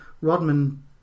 Rodman